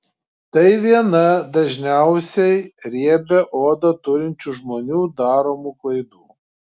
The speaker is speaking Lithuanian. tai viena dažniausiai riebią odą turinčių žmonių daromų klaidų